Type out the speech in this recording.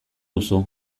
duzu